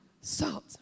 salt